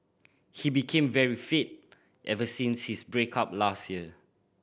he became very fit ever since his break up last year